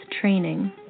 training